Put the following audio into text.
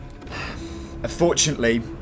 unfortunately